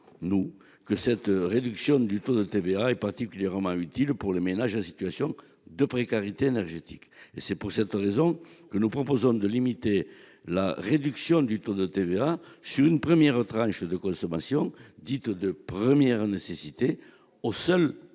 que la réduction du taux de TVA est particulièrement utile pour les ménages en situation de précarité énergétique. Pour cette raison, nous proposons de limiter la réduction du taux de TVA sur une première tranche de consommation, dite « de première nécessité », aux seuls